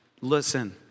listen